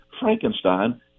Frankenstein